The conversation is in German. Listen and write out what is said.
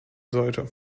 sollte